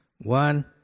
One